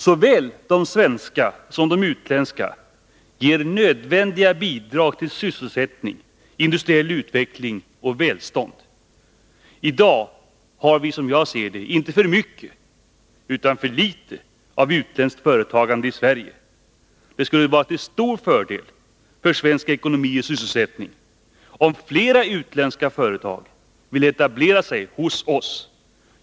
Såväl de svenska som de utländska företagen ger nödvändiga bidrag till sysselsättning, industriell utveckling och välstånd. I dag har vi, som jag ser det, inte för mycket utan för litet av utländskt företagande i Sverige. Det skulle vara till stor fördel för svensk ekonomi och sysselsättning, om flera utländska företag ville etablera sig hos oss.